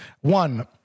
One